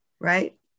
right